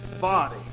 body